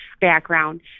background